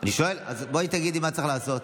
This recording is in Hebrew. אני שואל, אז בואי תגידי מה צריך לעשות.